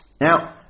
Now